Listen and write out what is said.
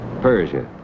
Persia